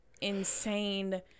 insane